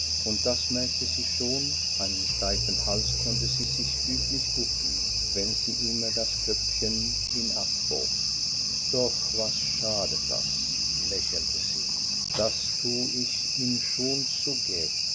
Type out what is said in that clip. und das merkte sie schon einen steifen hals konnte sie sich füglich gucken wenn sie immer das köpfchen hinabbog doch was schadet das lächelte sie das tu ich ihm schon